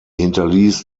hinterließ